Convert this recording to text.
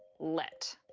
let.